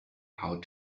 how